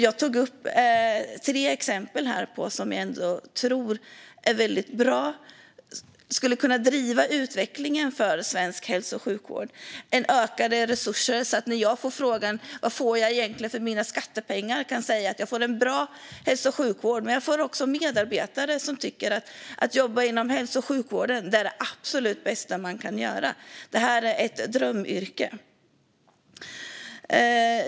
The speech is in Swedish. Jag tog upp tre exempel som vi ändå tror är bra och skulle kunna driva utvecklingen för svensk hälso och sjukvård. En är ökade resurser. När jag får frågan om vad man egentligen får för sina skattepengar ska jag kunna säga att jag får en bra hälso och sjukvård, men jag får också medarbetare som tycker att jobb inom hälso och sjukvården är det bästa som finns, att det är ett drömyrke.